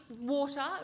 water